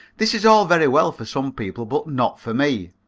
this is all very well for some people, but not for me.